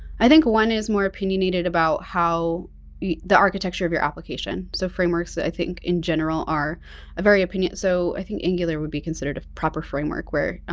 i think one is more opinionated about how the architecture of your application. so, frameworks that i think in general are ah very opinionated, so i think angular would be considered a proper framework where